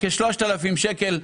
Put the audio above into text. כ-3,000 שקלים.